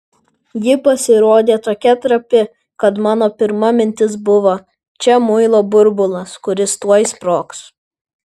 ji pasirodė tokia trapi kad mano pirma mintis buvo čia muilo burbulas kuris tuoj sprogs